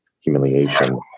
humiliation